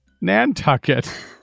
Nantucket